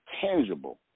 tangible